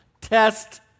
test